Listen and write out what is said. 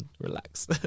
relax